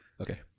okay